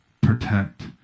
protect